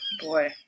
Boy